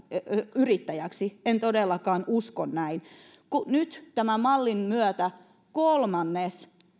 yrittäjäksi en todellakaan usko näin nyt tämän mallin myötä kolmannes